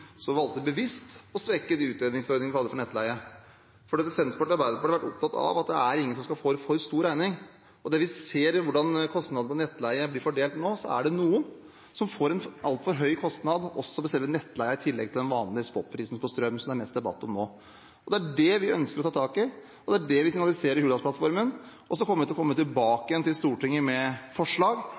valgte de bevisst å svekke de utjevningsordningene vi hadde for nettleie. Senterpartiet og Arbeiderpartiet har vært opptatt av at ingen skal få en for stor regning, og det vi ser i hvordan kostnadene for nettleie blir fordelt nå, er at noen får en altfor høy kostnad også på selve nettleien, i tillegg til den vanlige spotprisen på strøm, som det er mest debatt om nå. Det er det vi ønsker å ta tak i, og det er det vi signaliserer i Hurdalsplattformen. Så vil vi komme tilbake til Stortinget med forslag